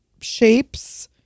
Shapes